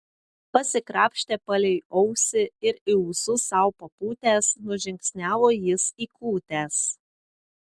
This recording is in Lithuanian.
pasikrapštė palei ausį ir į ūsus sau papūtęs nužingsniavo jis į kūtes